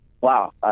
wow